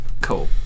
Cool